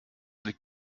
liegt